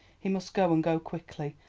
he must go, and go quickly,